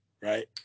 right